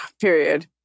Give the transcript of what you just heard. Period